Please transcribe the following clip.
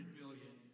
billion